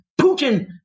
Putin